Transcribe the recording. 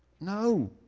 No